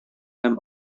һәм